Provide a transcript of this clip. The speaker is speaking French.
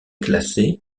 classé